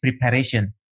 preparation